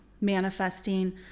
manifesting